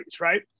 right